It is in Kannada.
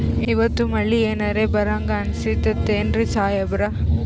ಇವತ್ತ ಮಳಿ ಎನರೆ ಬರಹಂಗ ಅನಿಸ್ತದೆನ್ರಿ ಸಾಹೇಬರ?